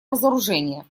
разоружения